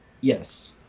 yes